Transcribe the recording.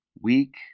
Weak